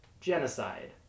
genocide